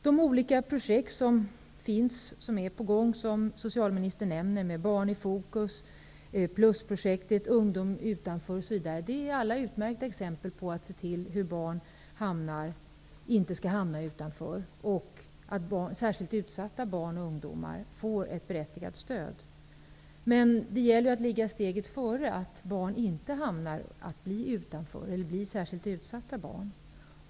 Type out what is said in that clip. De olika projekt som är på gång, som socialministern nämner, Barn i fokus, Plusprojektet och Ungdom utanför är alla utmärkta exempel på hur man kan se till att barn inte hamnar utanför och att särskilt utsatta barn och ungdomar får ett berättigat stöd. Men det gäller att ligga steget före, så att barn inte hamnar utanför eller blir särskilt utsatta barn.